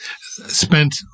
spent